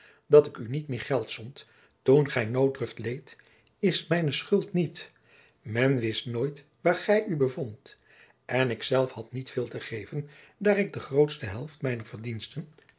dat ik u niet meer geld zond toen gij nooddruft leed is mijne schuld niet men wist nooit waar gij u bevondt en ik zelf had niet veel te geven daar ik de grootste helft mijner verdiensten